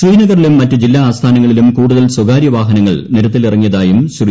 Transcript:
ശ്രീനഗറിലും മറ്റ് ജില്ലാ ആസ്ഥാനങ്ങളിലും കൂടുതൽ സ്വകാരൃ വാഹനങ്ങൾ നിരത്തിൽ ഇറങ്ങിയതായും ശ്രീ